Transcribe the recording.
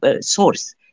source